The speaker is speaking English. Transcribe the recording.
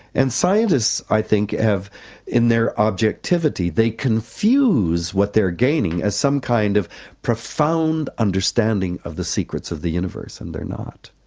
and scientists, i think, have in their objectivity, they confuse what they're gaining as some kind of profound understanding of the secrets of the universe and they're not,